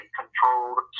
controlled